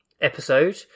episode